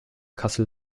kassel